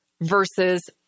versus